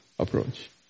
approach